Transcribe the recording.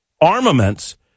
armaments